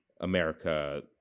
America